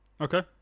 Okay